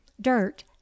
Dirt